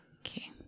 Okay